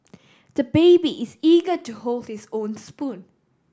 the baby is eager to hold his own spoon